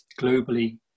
globally